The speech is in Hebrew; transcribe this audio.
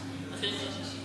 יום הביכורים.